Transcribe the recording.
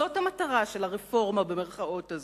זאת המטרה של "הרפורמה" הזאת.